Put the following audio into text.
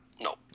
no